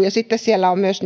ja sitten siellä on myös